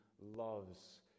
loves